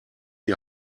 die